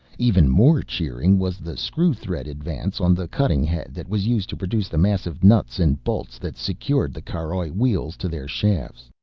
even more cheering was the screw-thread advance on the cutting head that was used to produce the massive nuts and bolts that secured the caroj wheels to their shafts.